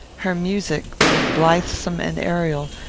her music, though blithsome and aerial,